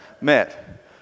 met